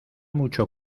mucho